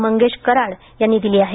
मंगेश कराड यांनी दिली आहे